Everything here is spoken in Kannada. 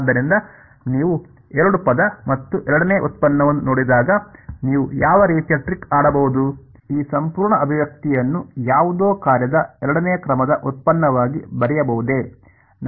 ಆದ್ದರಿಂದ ನೀವು ಎರಡು ಪದ ಮತ್ತು ಎರಡನೆಯ ವ್ಯುತ್ಪನ್ನವನ್ನು ನೋಡಿದಾಗ ನೀವು ಯಾವ ರೀತಿಯ ಟ್ರಿಕ್ ಆಡಬಹುದು ಈ ಸಂಪೂರ್ಣ ಅಭಿವ್ಯಕ್ತಿಯನ್ನು ಯಾವುದೋ ಕಾರ್ಯದ ಎರಡನೆಯ ಕ್ರಮದ ವ್ಯುತ್ಪನ್ನವಾಗಿ ಬರೆಯಬಹುದೇ